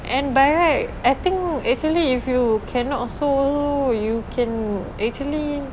and by right I think actually if you cannot also you can actually